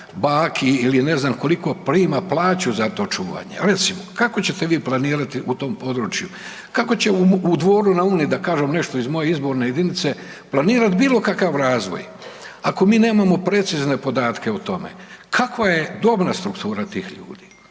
baki ili ne znam koliko prima plaću za to čuvanje. Recimo, kako ćete vi planirati u tom području, kako će u Dvoru na Uni da kažem nešto iz moje izborne jedinice, planirati bilo kakav razvoj ako mi nemamo precizne podatke o tome. Kakva je dobna struktura tih ljudi?